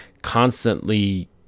Constantly